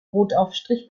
brotaufstrich